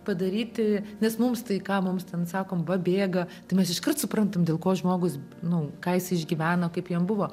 padaryti nes mums tai ką mums ten sakom va bėga tai mes iškart suprantam dėl ko žmogus nu ką jis išgyveno kaip jam buvo